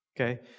Okay